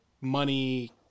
money